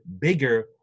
bigger